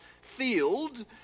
field